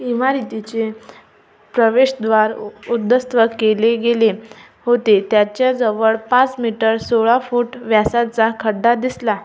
इमारतीचे प्रवेशद्वार उध्वस्त केले गेले होते त्याच्या जवळ पाच मीटर सोळा फूट व्यासाचा खड्डा दिसला